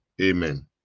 Amen